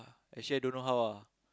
actually I don't know how ah